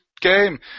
game